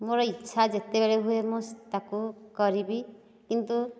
ମୋର ଇଚ୍ଛା ଯେତେବେଳେ ହୁଏ ମୁଁ ତାକୁ କରିବି କିନ୍ତୁ